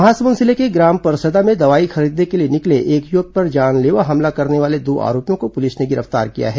महासमुंद जिले के ग्राम परसदा में दवाई खरीदने के लिए निकले एक युवक पर जानलेवा हमला करने वाले दो आरोपियों को पुलिस ने गिरफ्तार किया है